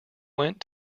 went